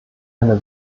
eine